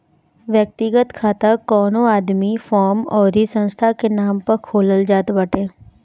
व्यक्तिगत खाता कवनो आदमी, फर्म अउरी संस्था के नाम पअ खोलल जात बाटे